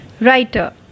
writer